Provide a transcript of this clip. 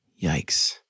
Yikes